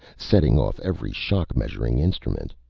setting off every shock-measuring instrument.